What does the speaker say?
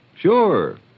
Sure